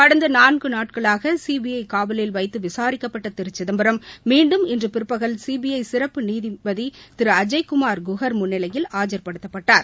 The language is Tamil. கடந்த நான்கு நாட்களாக சிபிஐ காவலில் வைத்து விசாரிக்கப்பட்ட திரு சிதம்பரம் மீண்டும் இன்று பிற்பகல் சிபிஐ சிறப்பு நீதிபதி திரு அஜய் குமார் குஹர் முன்னிலையில் ஆஜர்படுத்தப்பட்டார்